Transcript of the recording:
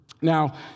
Now